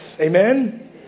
Amen